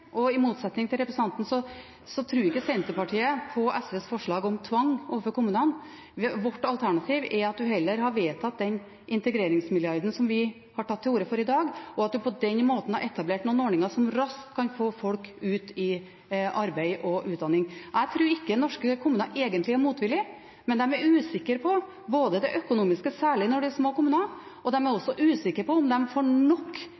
og i motsetning til representanten tror ikke Senterpartiet på SVs forslag om tvang overfor kommunene. Vårt alternativ er at man heller vedtar den integreringsmilliarden som vi har tatt til orde for i dag, og at man på den måten får etablert noen ordninger som raskt kan få folk ut i arbeid og utdanning. Jeg tror ikke norske kommuner egentlig er motvillige, men de er usikre både på det økonomiske, særlig når det er små kommuner, og på om de får nok